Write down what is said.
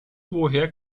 woher